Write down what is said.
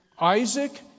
Isaac